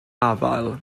afael